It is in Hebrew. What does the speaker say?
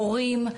הורים,